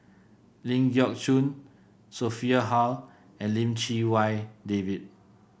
Ling Geok Choon Sophia Hull and Lim Chee Wai David